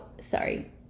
sorry